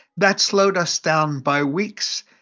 that slowed us down by weeks.